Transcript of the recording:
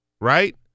right